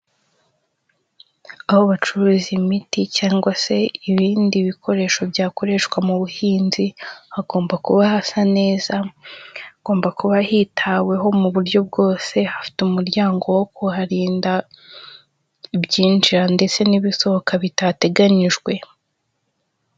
Aho bacururiza imiti cyangwa se ibindi bikoresho byakoreshwa mu buhinzi hagomba kuba hasa neza, hagomba kuba hitaweho mu buryo bwose, hafite umuryango wo kuharinda ibyinjira ndetse n'ibisohoka bitateganyijwe.